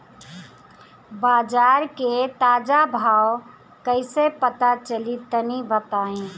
बाजार के ताजा भाव कैसे पता चली तनी बताई?